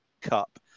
Cup